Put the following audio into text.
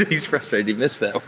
he's frustrated. you miss that one